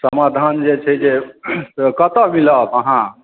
समाधान जे छै से कतय मिलब अहाँ